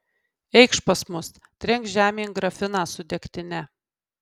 eikš pas mus trenk žemėn grafiną su degtine